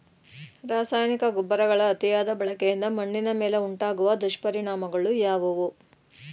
ರಾಸಾಯನಿಕ ಗೊಬ್ಬರಗಳ ಅತಿಯಾದ ಬಳಕೆಯಿಂದ ಮಣ್ಣಿನ ಮೇಲೆ ಉಂಟಾಗುವ ದುಷ್ಪರಿಣಾಮಗಳು ಯಾವುವು?